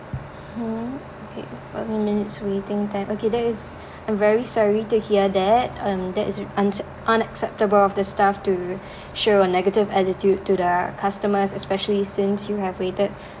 hmm okay forty minutes waiting time okay that is I'm very sorry to hear that um that is unacceptable of the staff to show a negative attitude to the customers especially since you have waited